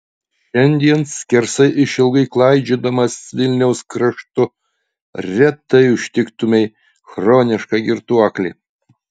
šiandien skersai išilgai klaidžiodamas vilniaus kraštu retai užtiktumei chronišką girtuoklį